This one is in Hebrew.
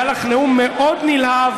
היה לך נאום מאוד נלהב,